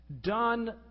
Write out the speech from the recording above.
done